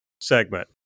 segment